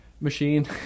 machine